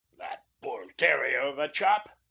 that bull-terrier of a chap!